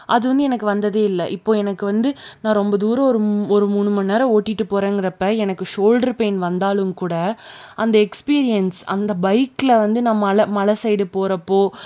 அது வந்து எனக்கு வந்ததே இல்லை இப்போது எனக்கு வந்து நான் ரொம்ப தூரம் ஒரு மூணு மணிநேரம் ஓட்டிகிட்டு போகிறேங்கிறப்ப எனக்கு ஷோல்டர் பெயின் வந்தாலும் கூட அந்த எக்ஸ்பீரியன்ஸ் அந்த பைக்கில் வந்து நம்ம மலை மலை சைடு போகிறப்போது